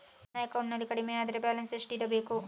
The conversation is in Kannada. ನನ್ನ ಅಕೌಂಟಿನಲ್ಲಿ ಕಡಿಮೆ ಅಂದ್ರೆ ಬ್ಯಾಲೆನ್ಸ್ ಎಷ್ಟು ಇಡಬೇಕು?